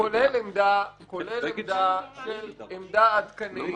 -- כולל עמדה עדכנית